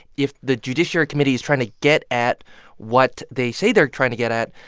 if the judiciary committee is trying to get at what they say they're trying to get at,